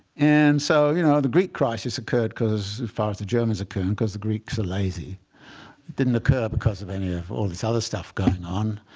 and so you know the greek crisis occurred because the fight with the germans occurred because the greeks are lazy. it didn't occur because of any of all this other stuff going on.